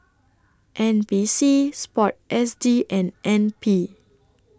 N P C Sport S G and N P